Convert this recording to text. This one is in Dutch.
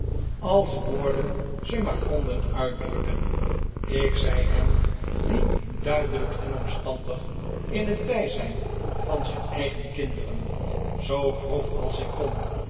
als woorden ze maar konden uitdrukken ik zei hem die duidelijk en omstandig in het bij zijn van zijn eigen kinderen zoo grof als ik kon